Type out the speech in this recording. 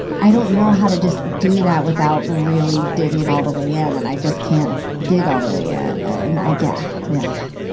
i don't know how to just do that without really digging all the way in, and i just can't dig all the way ah and in. yeah yeah,